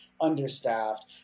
understaffed